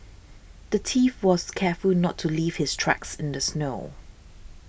the thief was careful not to leave his tracks in the snow